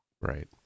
Right